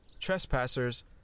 Trespassers